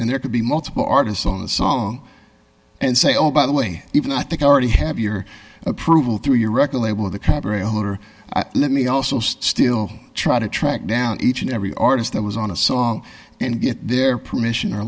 and there could be multiple artists on the song and say oh by the way even i think i already have your approval through your record label the cabaret owner let me also still try to track down each and every artist that was on a song and get their permission or